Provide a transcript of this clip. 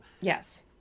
yes